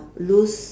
lose